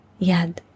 Yad